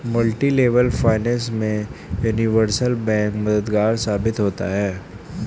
multilevel finance में universal bank मददगार साबित होता है